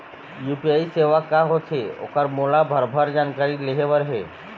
UPI सेवा का होथे ओकर मोला भरभर जानकारी लेहे बर हे?